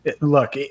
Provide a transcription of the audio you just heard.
look